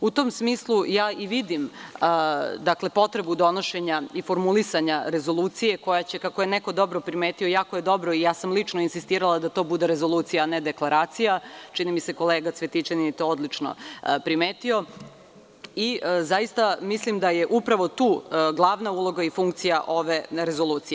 U tom smislu ja i vidim potrebu donošenja i formulisanja rezolucije koja će, kako je neko dobro primetio, a ja sam lično insistirala da to bude rezolucija a ne deklaracija, čini mi se da je to kolega Cvetićanin odlično primetio, te zaista mislim da je upravo tu glavna uloga i funkcija ove rezolucije.